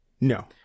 No